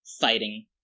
fighting